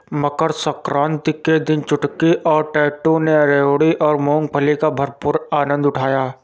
मकर सक्रांति के दिन चुटकी और टैटू ने रेवड़ी और मूंगफली का भरपूर आनंद उठाया